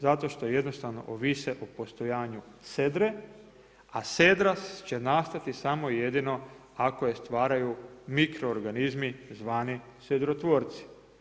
Zato što jednostavno ovise o postojanju sedre, a sedra će nastati samo i jedino ako je stvaraju mikroorganizmi zvani sedrotvorci.